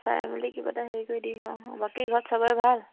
চাই মেলি কিবা এটা হেৰি কৰি দিম ন বাকী ঘৰত চবৰে ভাল